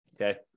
Okay